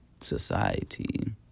society